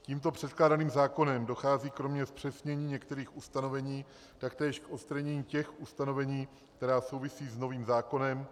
Tímto předkládaným zákonem dochází kromě zpřesnění některých ustanovení taktéž k odstranění těch ustanovení, která souvisí s novým zákonem.